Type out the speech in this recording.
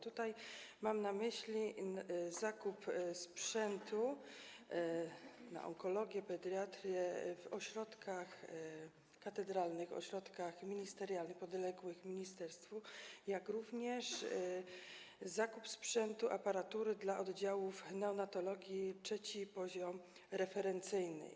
Tutaj mam na myśli zakup sprzętu dla onkologii, pediatrii w ośrodkach katedralnych, ośrodkach ministerialnych, podległych ministerstwu, jak również zakup sprzętu, aparatury dla oddziałów neonatologii - III poziom referencyjny.